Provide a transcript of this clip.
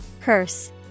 Curse